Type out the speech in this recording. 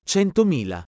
Centomila